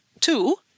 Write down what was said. two